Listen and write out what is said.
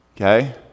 Okay